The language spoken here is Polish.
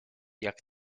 jak